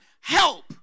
Help